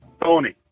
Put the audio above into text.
Tony